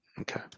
Okay